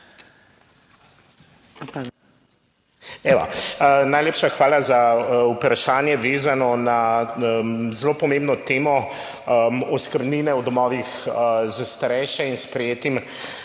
Najlepša hvala za vprašanje, ki je vezano na zelo pomembno temo oskrbnin v domovih za starejše in sprejeti